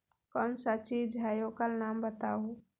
कौन सा चीज है ओकर नाम बताऊ?